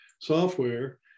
software